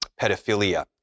pedophilia